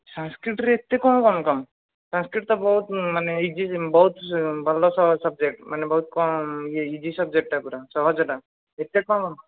Sanskrit ରେ ଏତେ କ'ଣ ମାର୍କ୍ କମ୍ ସାନ୍ସକ୍ରୀଟ୍ ତ ବହୁତ ମାନେ ଇଜି ବହୁତ୍ ଭଲ ସବଜେକ୍ଟ ମାନେ ବହୁତ ଇଜି ସବଜେକ୍ଟ ପୁରା ସହଜଟା ଏତେ କ'ଣ